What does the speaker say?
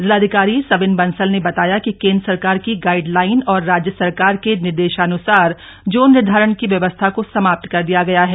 जिलाधिकारी सविन बंसल ने बताया कि केन्द्र सरकार की गाईडलाइन और राज्य सरकार के निर्देशान्सार जोन निर्धारण की व्यवस्था को समाप्त कर दिया गया है